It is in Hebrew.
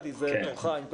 אנחנו נפגשים פה לא מעט.